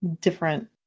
different